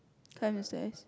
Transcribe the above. climb the stairs